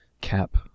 cap